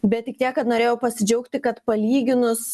bet tik tiek kad norėjau pasidžiaugti kad palyginus